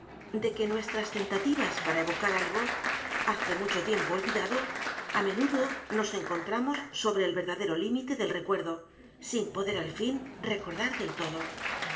de que en nuestras tentativas para evocar algo hace mucho tiempo olvidado á m e nudo nos encontramos sobre el verdadero límite del recuerdo sin poder al fin recordar del todo